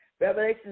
Revelation